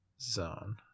Zone